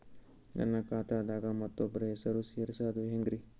ನನ್ನ ಖಾತಾ ದಾಗ ಮತ್ತೋಬ್ರ ಹೆಸರು ಸೆರಸದು ಹೆಂಗ್ರಿ?